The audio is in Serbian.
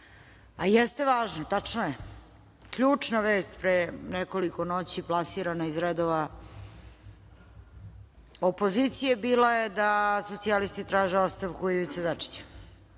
a jeste važno. Tačno je. Ključna vest pre nekoliko noći plasirana iz redova opozicije bila je da socijalisti traže ostavku Ivice Dačića.